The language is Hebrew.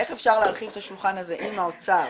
איך אפשר להרחיב את השולחן הזה עם האוצר,